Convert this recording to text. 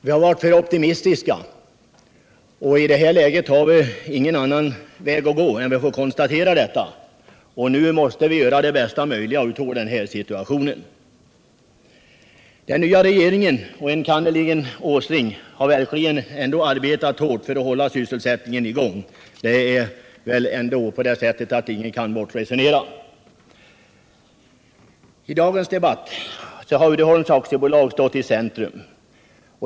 Vi har varit för optimistiska, och i detta läge har vi bara att konstatera detta. Nu måste vi göra det bästa möjliga av situationen. Den nya regeringen, enkannerligen Nils Åsling, har verkligen arbetat hårt för att hålla sysselsättningen i gång, det kan väl ingen bortresonera. I dagens debatt har Uddeholms AB stått i centrum.